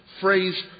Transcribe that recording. phrase